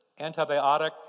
antibiotic